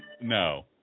No